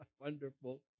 wonderful